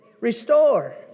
Restore